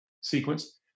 sequence